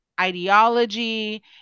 ideology